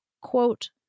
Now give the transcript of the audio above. quote